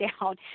down